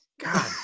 god